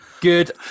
Good